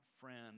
friend